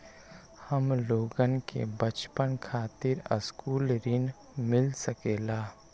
हमलोगन के बचवन खातीर सकलू ऋण मिल सकेला?